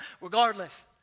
regardless